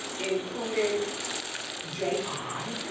including j i.